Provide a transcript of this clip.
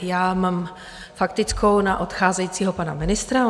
Já mám faktickou na odcházejícího pana ministra.